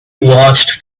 watched